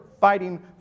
fighting